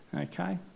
Okay